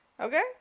Okay